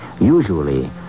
Usually